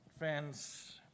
friends